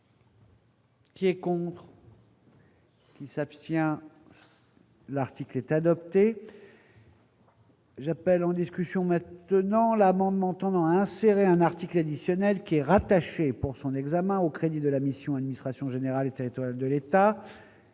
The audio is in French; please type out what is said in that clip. Qui est con. Qui s'abstient l'article est adopté. J'appelle en discussion maintenant l'amendement tendant à insérer un article additionnel, qui est rattachée, pour son examen au crédit de la mission, administration générale était de l'État,